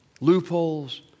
Loopholes